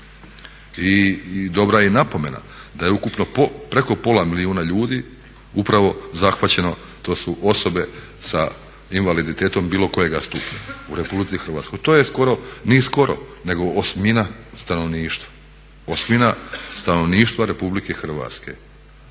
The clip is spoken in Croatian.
I dobra je i napomena da je ukupno preko pola milijuna ljudi upravo zahvaćeno, to su osobe sa invaliditetom bilo kojega stupnja u Republici Hrvatskoj. To je skoro, nije skoro nego osmina stanovništva, osmina stanovništva Republike Hrvatske.